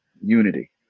unity